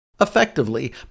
effectively